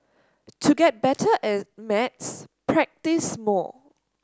to get better at maths practise more